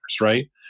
Right